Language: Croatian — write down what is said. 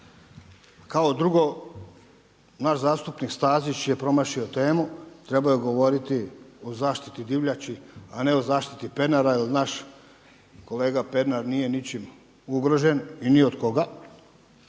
Kao drugo, naš zastupnik Stazić je promašio temu, trebao je govoriti o zaštiti divljači, a ne o zaštiti Pernara jer naš kolega Pernar nije ničim ugrožen i ni od koga